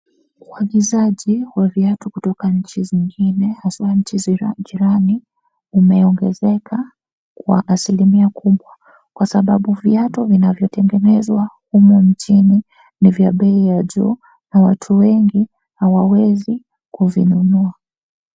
Uagizaji wa viatu kutoka nchi zingine haswa nchi jirani, umeongezeka kwa asilimia kubwa. Kwa sababu viatu vinavyotengenezwa humu nchini, ni vya bei ya juu na watu wengi hawawezi kuvinunua.